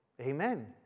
Amen